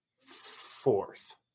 fourth